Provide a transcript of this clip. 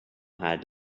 had